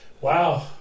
Wow